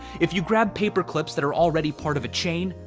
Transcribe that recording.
if you grab paper clips that are already part of a chain,